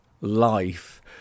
life